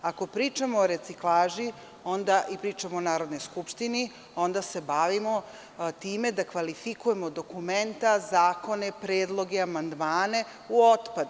Ako pričamo o reciklaži, onda pričamo o Narodnoj skupštini, onda se bavimo time da kvalifikujemo dokumenta, zakone, predloge, amandmane u otpad.